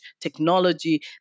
technology